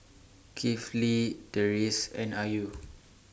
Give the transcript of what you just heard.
Kifli Deris and Ayu